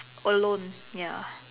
alone ya